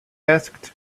asked